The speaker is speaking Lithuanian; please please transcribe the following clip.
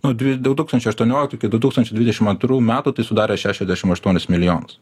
nuo dvi du tūkstančiai aštuonioliktų iki du tūkstančiai dvidešim antrų metų tai sudarė šešiasdešim aštuonis milijonus